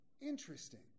interesting